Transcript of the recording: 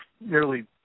nearly